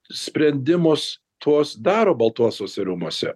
sprendimus tuos daro baltuosiuose rūmuose